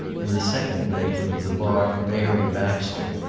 and the second mate of the barque mary baxter,